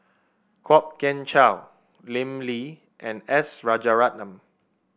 Kwok Kian Chow Lim Lee and S Rajaratnam